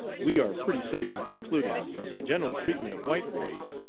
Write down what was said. we are pretty safe in concluding, from the general treatment of white boys,